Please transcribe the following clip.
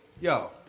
Yo